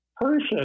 person